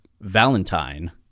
Valentine